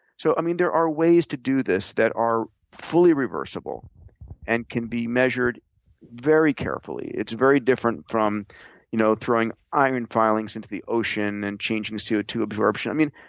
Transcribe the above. so i mean, there are ways to do this that are fully reversible and can be measured very carefully. it's very different from you know throwing iron filings into the ocean and changing c o two absorption. i mean,